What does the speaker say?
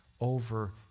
over